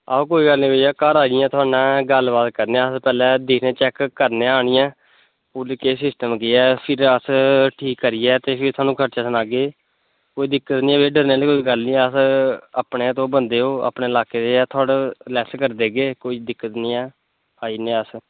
आहो कोई गल्ल निं भेइया घर आनियै थोआड़े नै गल्ल बात करनें आं अह् पैह्लै दिखनें आं अह् चैक करनें आं आनियै केह् ऐ सिस्टम केह् ऐ फिर अस ठीक करियै ते फ्ही तोआनूं खर्चा सनागे कोई दिक्कत निं ऐ ड़रनें आह्ली कोई गल्ल निं ऐ अह् अपने गै तोह् बंदें ओ अपनें लाके दे ऐ थोआड़ा लैस करी देगे कोई दिक्कत निं ऐ आई जन्नें आं अस